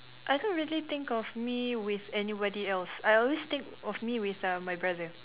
I don't really think of me with anybody else I always think of me with uh my brother